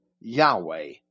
Yahweh